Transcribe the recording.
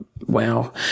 wow